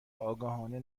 آگاهانه